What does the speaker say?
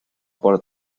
por